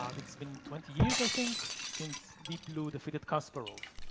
um it's been twenty years, i think, since deep blue defeated kasparov.